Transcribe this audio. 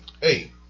hey